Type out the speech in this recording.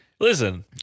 Listen